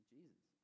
Jesus